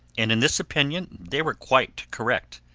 and in this opinion they were quite correct.